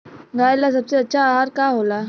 गाय ला सबसे अच्छा आहार का होला?